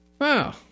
Wow